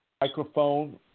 microphone